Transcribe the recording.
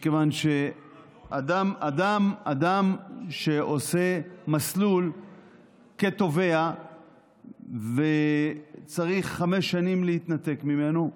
מכיוון שאדם שעושה מסלול כתובע וצריך חמש שנים להתנתק ממנו,